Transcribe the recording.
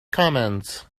commands